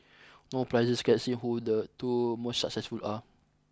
no prizes guessing who the two most successful are